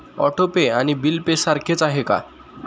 Auto pay आणि bill pay सारखेच आहे का?